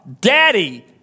Daddy